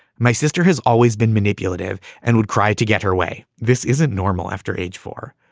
my sister has always been manipulative and would try to get her way. this isn't normal after age four,